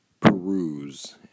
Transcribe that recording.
peruse